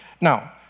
Now